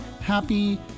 happy